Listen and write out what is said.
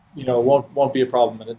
you know won't won't be a problem. and